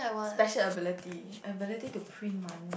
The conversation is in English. special ability